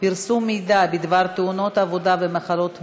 פרסום מידע בדבר תאונות עבודה ומחלות מקצוע),